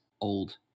old